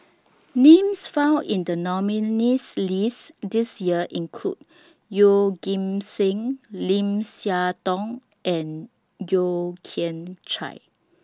Names found in The nominees' list This Year include Yeoh Ghim Seng Lim Siah Tong and Yeo Kian Chai